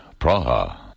Praha